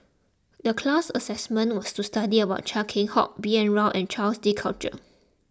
the class assisment was to study about Chia Keng Hock B N Rao and Jacques De Coutre